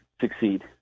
succeed